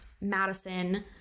Madison